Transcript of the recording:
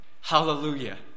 Hallelujah